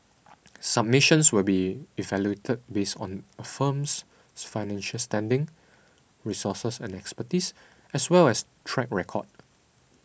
submissions will be evaluated based on a firm's financial standing resources and expertise as well as track record